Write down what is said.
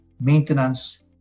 maintenance